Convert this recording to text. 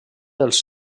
dels